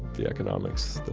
the economics,